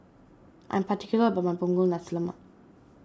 I am particular about my Punggol Nasi Lemak